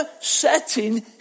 setting